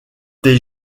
tes